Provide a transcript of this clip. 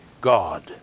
God